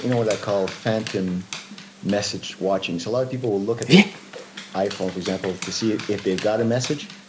you know what i call phantom message watching. so a lot of people will look at their iphone, for example, to see if they've got a message.